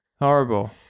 Horrible